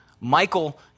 Michael